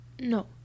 no